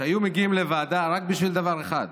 שהיו מגיעים לוועדה רק בשביל דבר אחד,